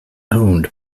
owned